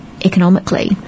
Economically